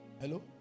Hello